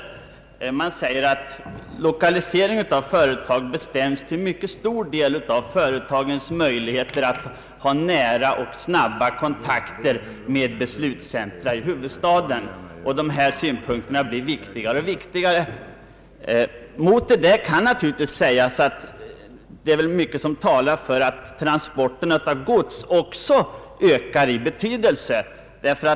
Utredningen förklarar att lokaliseringen av ett företag till mycket stor del bestäms av företagets möjligheter att ha nära och snabba kontakter med beslutscentra i huvudstaden. De synpunkterna blir viktigare och viktigare. Mot detta kan naturligtvis anföras att mycket talar för att också godstransporterna ökar i betydelse.